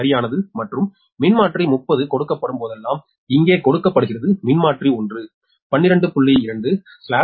சரியானது மற்றும் மின்மாற்றி 30 கொடுக்கப்படும் போதெல்லாம் இங்கே கொடுக்கப்படுகிறது மின்மாற்றி 1 12